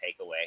takeaway